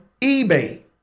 eBay